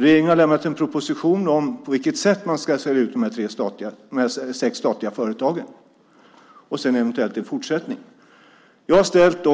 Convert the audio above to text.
Regeringen har lämnat en proposition om på vilket sätt man ska sälja ut de sex statliga företagen - och sedan eventuellt en fortsättning. Jag har ställt